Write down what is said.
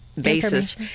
basis